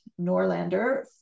Norlander